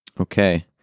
Okay